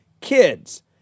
kids